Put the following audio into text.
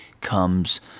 comes